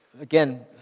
again